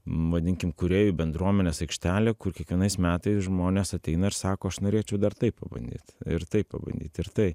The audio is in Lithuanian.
vadinkim kūrėjų bendruomenės aikštelė kur kiekvienais metais žmonės ateina ir sako aš norėčiau dar taip pabandyt ir tai pabandyt ir tai